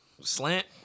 Slant